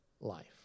life